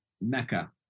mecca